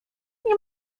nie